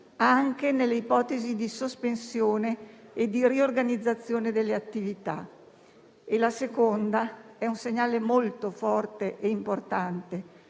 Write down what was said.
anche nelle ipotesi di sospensione e di riorganizzazione delle attività. La seconda è un segnale molto forte e importante,